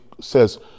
says